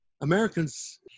Americans